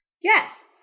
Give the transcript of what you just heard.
Yes